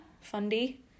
Fundy